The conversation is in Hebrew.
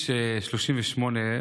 השאלות האלה גורמות